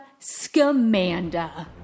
Scamanda